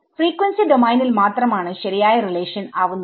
frequency ഡോമൈനിൽ മാത്രമാണ് ശരിയായ റിലേഷൻ ആവുന്നത്